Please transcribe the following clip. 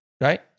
right